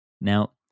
now